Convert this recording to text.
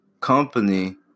company